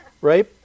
right